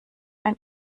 ein